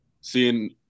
seeing